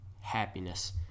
happiness